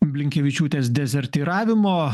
blinkevičiūtės dezertyravimo